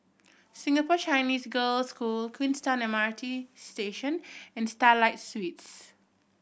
Singapore Chinese Girls' School Queenstown M R T Station and Starlight Suites